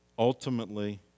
Ultimately